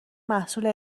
محصول